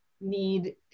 need